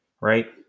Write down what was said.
right